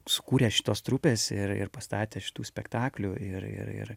sukūręs šitos trupės ir ir pastatę šitų spektaklių ir ir ir